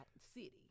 city